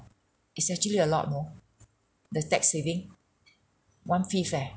it's actually a lot more the tax saving one fifth eh